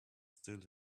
still